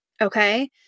Okay